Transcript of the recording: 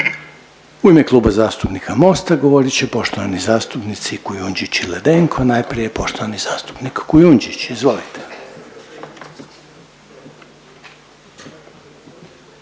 U ime Kluba zastupnika Mosta govorit će poštovani zastupnici Kujunždić i Ledenko. Najprije poštovani zastupnik Kujundžić, izvolite.